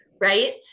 right